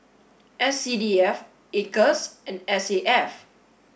S C D F acres and S A F